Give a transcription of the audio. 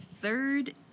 third